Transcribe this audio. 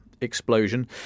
explosion